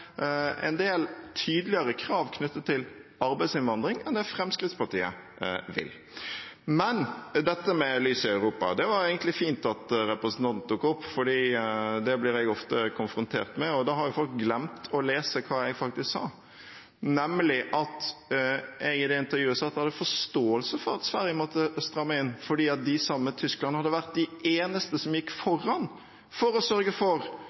en del tydeligere krav knyttet til arbeidsinnvandring enn det Fremskrittspartiet vil. Dette med lys i Europa var det egentlig fint at representanten tok opp, for det blir jeg ofte konfrontert med, og da har folk glemt å lese hva jeg faktisk sa. Jeg sa nemlig i det intervjuet at vi hadde forståelse for at Sverige måtte stramme inn, fordi de sammen med Tyskland hadde vært de eneste som gikk foran for å sørge for